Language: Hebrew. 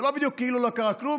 זה לא בדיוק כאילו לא קרה כלום,